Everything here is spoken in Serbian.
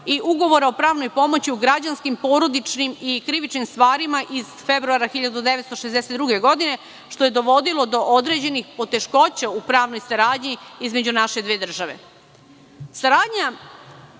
i Ugovora o pravnoj pomoći u građanskim, porodičnim i krivičnim stvarima iz februara 1962. godine, što je dovodilo do određenih poteškoća u pravnoj saradnji između naše dve